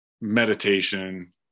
meditation